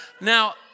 Now